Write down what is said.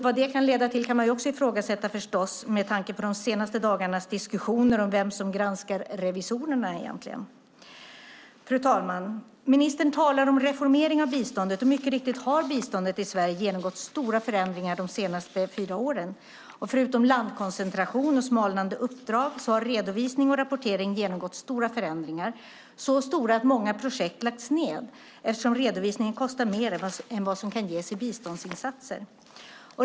Vad det kan leda till kan man också ifrågasätta, med tanke på de senaste dagarnas diskussioner om vem som egentligen granskar revisorerna. Fru talman! Ministern talar om reformering av biståndet, och mycket riktigt har biståndet i Sverige genomgått stora förändringar de senaste fyra åren. Förutom landkoncentration och smalnande uppdrag har redovisning och rapportering genomgått stora förändringar, så stora att många projekt har lagts ned, eftersom redovisningen kostar mer än vad som kan ges i biståndsinsatser.